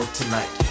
tonight